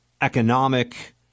economic